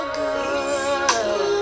good